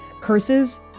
curses